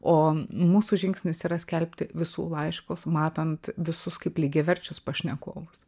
o mūsų žingsnis yra skelbti visų laiškus matant visus kaip lygiaverčius pašnekovus